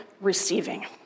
receiving